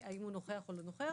והאם הוא נוכח או לא נוכח.